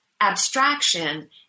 abstraction